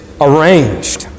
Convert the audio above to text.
arranged